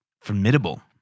formidable